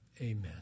amen